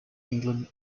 england